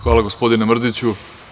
Hvala, gospodine Mrdiću.